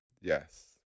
yes